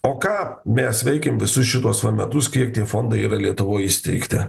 o ką mes veikėm visus šituos va metus kiek tie fondai yra lietuvoj įsteigti